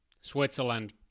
Switzerland